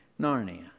Narnia